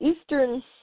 eastern